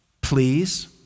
Please